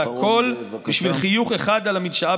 והכול בשביל חיוך אחד על המדשאה